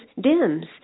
dims